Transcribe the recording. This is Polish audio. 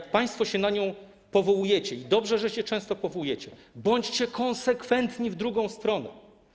Gdy państwo się na nią powołujecie - i dobrze, że się często powołujecie - bądźcie konsekwentni w drugą stronę.